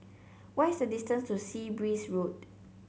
what is the distance to Sea Breeze Road